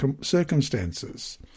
circumstances –